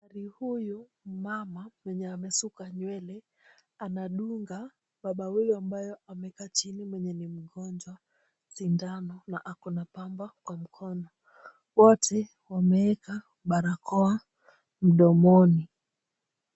Daktari huyu mmama mwenye amesuka nywele anadunga baba huyu ambaye amekaa chini mwenye ni mgonjwa sindano na ako na pamba kwa mkono . Wote wameeka barakoa mdomoni.